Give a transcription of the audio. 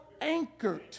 anchored